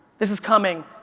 this is coming.